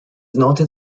noted